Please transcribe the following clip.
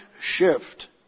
shift